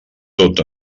tot